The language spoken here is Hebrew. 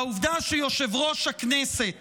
העובדה שיושב-ראש הכנסת